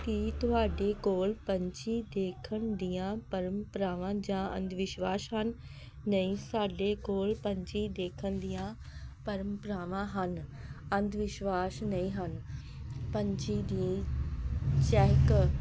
ਕੀ ਤੁਹਾਡੇ ਕੋਲ ਪੰਛੀ ਦੇਖਣ ਦੀਆਂ ਪਰੰਪਰਾਵਾਂ ਜਾਂ ਅੰਧ ਵਿਸ਼ਵਾਸ ਹਨ ਨਹੀਂ ਸਾਡੇ ਕੋਲ ਪੰਛੀ ਦੇਖਣ ਦੀਆਂ ਪਰੰਪਰਾਵਾਂ ਹਨ ਅੰਧ ਵਿਸ਼ਵਾਸ ਨਹੀਂ ਹਨ ਪੰਛੀ ਦੀ ਚਹਿਕ